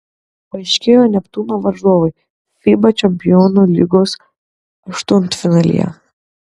paaiškėjo neptūno varžovai fiba čempionų lygos aštuntfinalyje